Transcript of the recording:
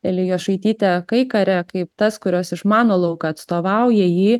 elijošaitytę kai kare kaip tas kurios išmano lauką atstovauja jį